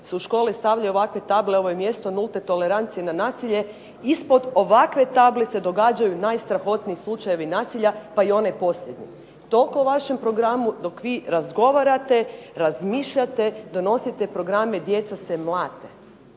su u škole stavljene ovakve table, ovo je mjesto nulte tolerancije na nasilje. Ispod ovakve table se događaju najstrahotniji slučajevi nasilja pa i onaj posljednji. Toliko o vašem programu, dok vi razgovarate, razmišljate, donosite programe, djeca se mlate.